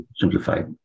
Simplified